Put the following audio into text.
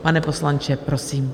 Pane poslanče, prosím.